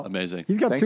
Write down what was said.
Amazing